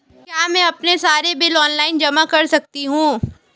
क्या मैं अपने सारे बिल ऑनलाइन जमा कर सकती हूँ?